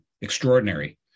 extraordinary